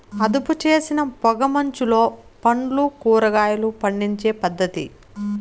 అదుపుచేసిన పొగ మంచులో పండ్లు, కూరగాయలు పండించే పద్ధతి